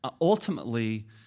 ultimately